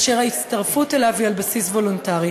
אשר ההצטרפות אליו היא על בסיס וולונטרי.